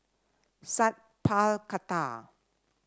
Sat Pal Khattar